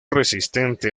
resistente